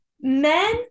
Men